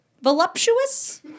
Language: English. Voluptuous